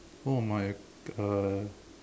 one of my uh